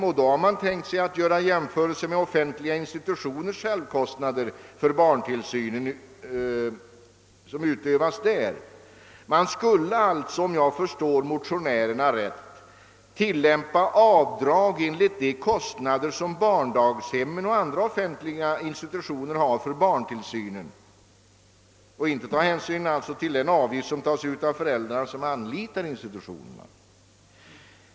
Därför har man tänkt sig att göra jämförelser med offentliga institutioners självkostnader för den barntillsyn som utövas där. Man skulle alltså, om jag förstår motionärerna rätt, tillämpa avdrag motsvarande de kostnader som barndaghemmen och andra offentliga institutioner har för barntillsynen och alltså inte ta hänsyn till den avgift som tas ut av de föräldrar som anlitar institutionerna.